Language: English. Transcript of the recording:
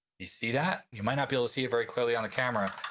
you see that? you might not be able to see it very clearly on the camera,